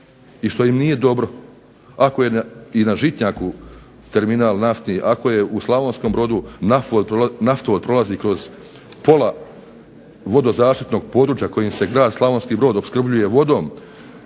i što im nije dobro. Ako je i na Žitnjaku terminal nafte, ako je u Slavonskom Brodu naftovod prolazi kroz pola vodozaštitnog područja, kojim se grad Slavonski Brod opskrbljuje vodom,